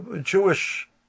Jewish